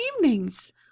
evenings